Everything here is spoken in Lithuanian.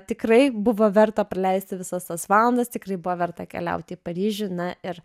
tikrai buvo verta praleisti visas tas valandas tikrai buvo verta keliauti į paryžių na ir